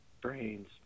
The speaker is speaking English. brains